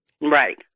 Right